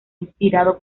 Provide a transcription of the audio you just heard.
inspirado